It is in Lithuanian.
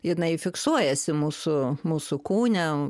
jinai fiksuojasi mūsų mūsų kūne